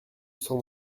cent